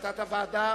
בהחלטת הוועדה.